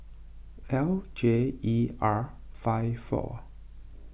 L J E R five four